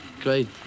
great